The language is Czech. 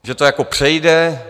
Že to jako přejde?